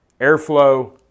airflow